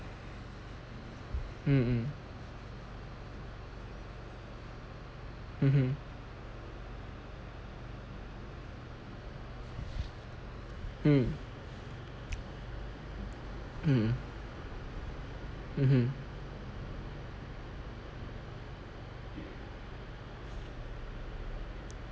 mmhmm mmhmm mm mm mmhmm